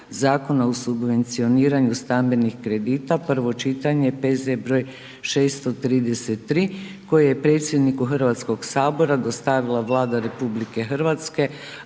Zakona o subvencioniranju stambenih kredita, prvo čitanje, P.Z. broj 633, koje je predsjedniku Hrvatskog sabora dostavila Vlada RH,